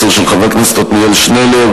2010, פ/2085/18, של חבר הכנסת עתניאל שנלר.